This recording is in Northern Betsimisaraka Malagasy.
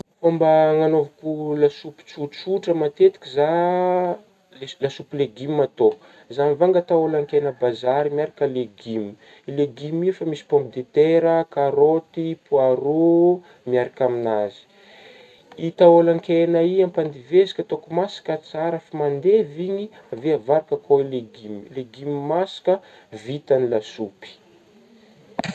Fômba nagnaovako lasopy tsotsotra matetika zah le-lasopy lagioma ataoko zah mivanga taolan-kegna avy bazary miaraka legioma, legioma io efa misy pomme de terra karôty poirô miaraka amin'azy io, taolan-kegna io ampandeveziko ataoko masaka tsara efa mandevy igny avy eo avariko akeo legioma, legioma masaka vita ny lasopy.